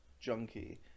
junkie